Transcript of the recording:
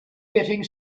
getting